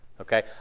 okay